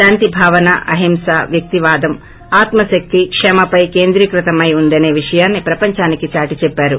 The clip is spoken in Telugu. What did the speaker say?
శాంతి భావన అహింస వ్యక్తివాదం ఆత్మ శక్తి క్షమపై కేంద్రీకృతమై ఉందనే విషయాన్ని ప్రపందానికి చాటి చెప్పారు